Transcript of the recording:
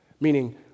Meaning